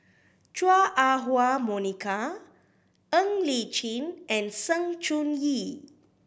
Chua Ah Huwa Monica Ng Li Chin and Sng Choon Yee